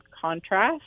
contrast